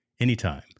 anytime